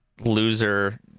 Loser